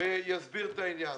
ויסביר את העניין.